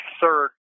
third